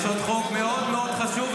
יש עוד חוק מאוד מאוד חשוב,